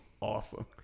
awesome